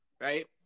right